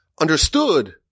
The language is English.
understood